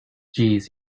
jeez